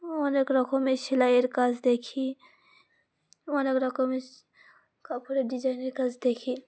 অনেক রকমের সেলাইয়ের কাজ দেখি অনেক রকমের কাপড়ের ডিজাইনের কাজ দেখি